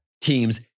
teams